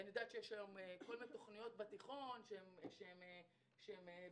אני יודעת שיש כל מיני תוכניות בתיכון שהן בחירה.